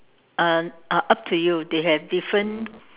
uh uh up to you they have different